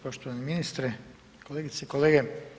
Poštovani ministre, kolegice i kolege.